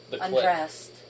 Undressed